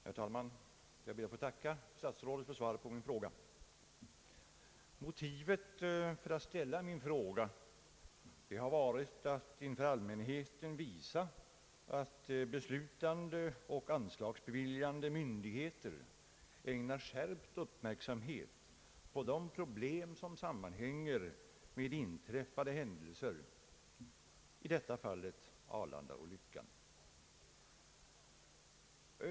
Herr talman! Jag ber att få tacka statsrådet för svaret på min fråga. Motivet för att ställa min fråga har varit att inför allmänheten visa att beslutande och anslagsbeviljande myndigheter ägnar skärpt uppmärksamhet åt de problem, som sammanhänger med inträffade händelser — i detta fall Arlandaolyckan.